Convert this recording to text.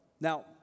Now